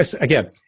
again